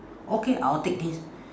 okay I'll take this